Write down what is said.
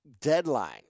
deadline